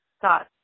thoughts